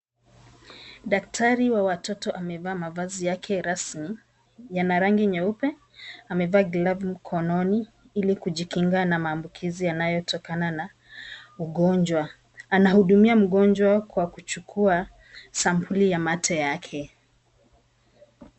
Daktari wa watoto amevaa mavazi yake rasmi yana rangi nyeupe, amevaa glavu mkononi ili kujikinga na maambukizi yanayotokana na ugonjwa. Anahudumia mgonjwa kwa kuchukua sampuli ya mate yake.